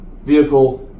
vehicle